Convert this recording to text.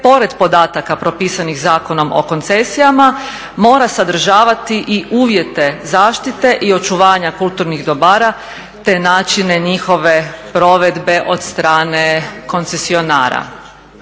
pored podataka propisanih Zakonom o koncesijama mora sadržavati i uvjete zaštite i očuvanja kulturnih dobara te načine njihove provedbe od strane koncesionara.